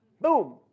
Boom